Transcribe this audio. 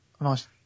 nice